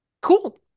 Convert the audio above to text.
cool